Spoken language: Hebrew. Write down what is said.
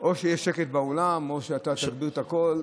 או שיהיה שקט באולם או שאתה תגביר את הקול,